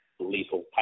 Lethal